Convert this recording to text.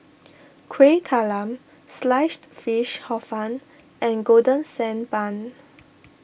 Kuih Talam Sliced Fish Hor Fun and Golden Sand Bun